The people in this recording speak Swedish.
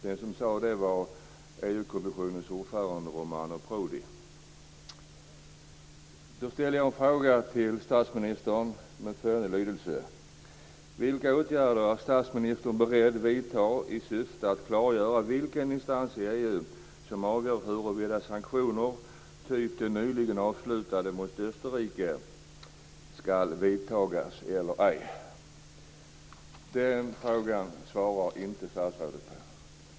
Den som sade detta var EU-kommissionens ordförande Romano Prodi. som avgör huruvida sanktioner, typ den nyligen avslutade mot Österrike, ska vidtas eller ej? Den frågan svarade inte statsrådet på.